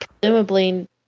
presumably